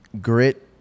Grit